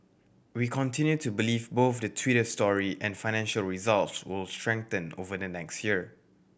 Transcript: we continue to believe both the Twitter story and financial results will strengthen over the next year